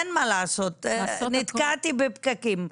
אין מה לעשות, נתקעתי בפקקים.